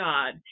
God